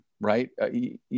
right